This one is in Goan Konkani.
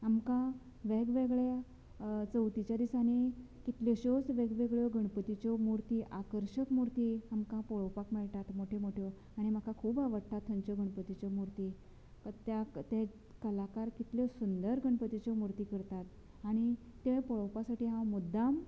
आमकां वेगवेगळ्या चवथीच्या दिसांनी कितल्योश्योच वेगवेगळ्यो गणपतीच्यो मुर्ती आकर्शक मुर्ती आमकां पळोवपाक मेळटात मोट्यो मोट्यो आनी म्हाका खूब आवटडटा थंयच्यो गणपतीच्यो मुर्ती त्या ते कलाकार कितले सुंदर गणपतीच्यो मुर्ती त्यो पळोवपा साठी हांव मुद्दाम